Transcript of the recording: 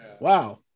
Wow